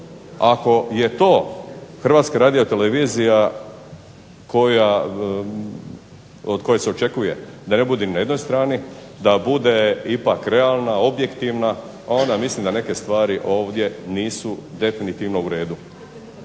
Ako je to HRTV-a od koje se očekuje da ne budem na jednoj strani da bude ipak realna, objektivna onda mislim da neke stvari ovdje nisu definitivno uredu.